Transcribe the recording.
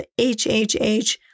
HHH